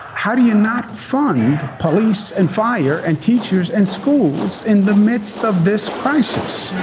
how do you not fund police and fire and teachers and schools in the midst of this crisis?